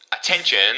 Attention